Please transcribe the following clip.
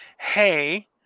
Hey